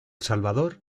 salvador